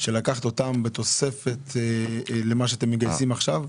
לקחת אותם בתוספת למה שאתם מגייסים עכשיו?